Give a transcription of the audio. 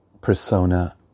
persona